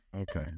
Okay